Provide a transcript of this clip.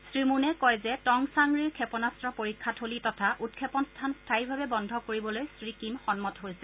শ্ৰীমূনে কয় যে Tongchang ri ক্ষেপনাস্ত্ৰ পৰীক্ষা থলী তথা উৎক্ষেপন স্থান স্থায়ীভাৱে বন্ধ কৰি দিবলৈ শ্ৰীকিম সন্মত হৈছে